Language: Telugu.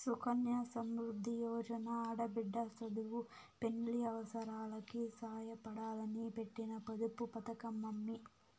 సుకన్య సమృద్ది యోజన ఆడబిడ్డ సదువు, పెండ్లి అవసారాలకి సాయపడాలని పెట్టిన పొదుపు పతకమమ్మీ